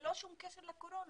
ללא שום קשר לקורונה.